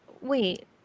Wait